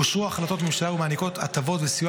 אושרו החלטות ממשלה המעניקות הטבות וסיוע